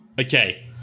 okay